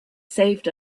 saved